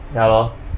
ya lor